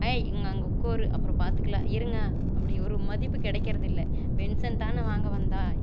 hey இங்கே அங்கே உட்கார் அப்புறம் பார்த்துக்கலாம் இருங்க அப்படி ஒரு மதிப்பு கிடைக்குறதில்ல பென்ஷன் தானே வாங்க வந்தான்